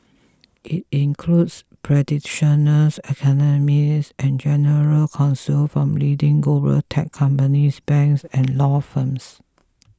it includes practitioners academics and general counsel from leading global tech companies banks and law firms